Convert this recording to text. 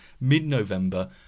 mid-November